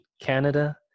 Canada